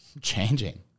changing